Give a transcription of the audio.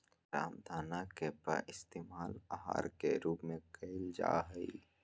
रामदाना के पइस्तेमाल आहार के रूप में कइल जाहई